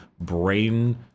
brain